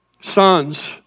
sons